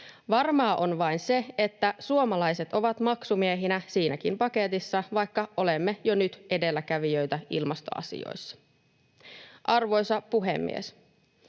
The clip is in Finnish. Varmaa on vain se, että suomalaiset ovat maksumiehinä siinäkin paketissa, vaikka olemme jo nyt edelläkävijöitä ilmastoasioissa. Arvoisa puhemies!